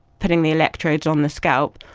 putting the electrodes on the scalp.